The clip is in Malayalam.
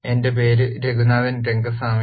എന്റെ പേര് രാഘുനാഥൻ റെംഗസ്വാമി